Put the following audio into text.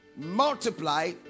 multiply